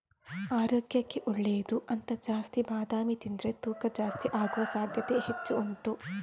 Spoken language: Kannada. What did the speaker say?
ಆರೋಗ್ಯಕ್ಕೆ ಒಳ್ಳೇದು ಅಂತ ಜಾಸ್ತಿ ಬಾದಾಮಿ ತಿಂದ್ರೆ ತೂಕ ಜಾಸ್ತಿ ಆಗುವ ಸಾಧ್ಯತೆ ಹೆಚ್ಚು ಉಂಟು